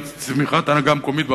וצמיחת ההנהגה המקומית במקומות,